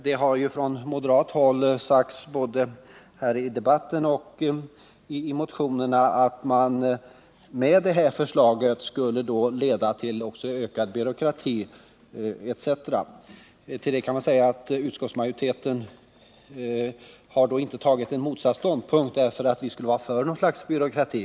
Det har ju från moderat håll sagts både här i debatten och i motionerna att det föreliggande förslaget skulle leda till ökad byråkrati m.m. Till det kan man säga att utskottsmajoriteten inte har tagit en i förhållande till moderaterna motsatt ståndpunkt därför att vi skulle vara för byråkrati.